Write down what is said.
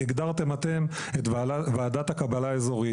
הגדרתם אתם את ועדת הקבלה האזורית.